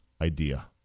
idea